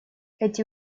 эти